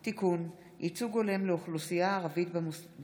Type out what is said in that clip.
הממשלה (תיקון, שלילת שכר בגין